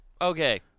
okay